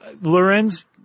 Lorenz